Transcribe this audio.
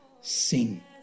sing